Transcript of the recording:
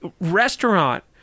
restaurant